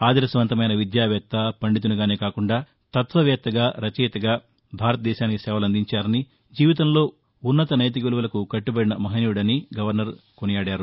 ఆదర్భవంతమైన విద్యావేత్త పండితునిగానే కాకుండా తత్వవేత్తగా రచయితగా భారత దేశానికి సేవలు అందించారని జీవితంలో ఉన్నత నైతిక విలువలకు కట్టబడిన మహనీయుడని గవర్నర్ కొనియాడారు